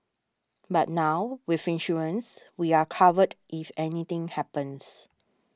but now with insurance we are covered if anything happens